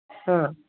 ꯑꯥ